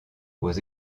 aux